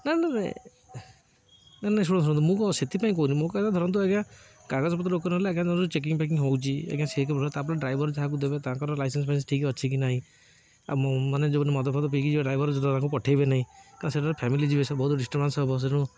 ନ ନାଇଁ ନାଇଁ ନାଇଁ ଶୁଣ ଶୁଣନ୍ତୁ ମୁଁ କଣ ସେଥିପାଇଁ କହୁଛି କି ମୋ କହିଆ କଥା ଧରନ୍ତୁ ଆଜ୍ଞା କାଗଜପତ୍ର ଓକେ ନହେଲେ ଆଜ୍ଞା ଯେଉଁ ଚେକିଂ ଫେକିଂ ହେଉଛି ଆଜ୍ଞା ସେଏ ତାପରେ ଡ୍ରାଇଭର ଯାହାକୁ ଦେବେ ତାଙ୍କର ଲାଇସେନ୍ସ ଫାଇନ୍ସ ଠିକ ଅଛି କି ନାହିଁ ଆଉ ମାନେ ଯେଉଁମାନେ ମଦ ଫଦ ପିକି ଯେଉଁ ଡ୍ରାଇଭର ଯ ତାଙ୍କୁ ପଠେଇବେ ନାହିଁ କାରଣ ସେଇଠି ଫ୍ୟାମିଲି ଯିବେ ସେଥିରେ ବହୁତ ଡିଷ୍ଟର୍ବାନ୍ସ ହବ ସେଣୁ